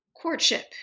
courtship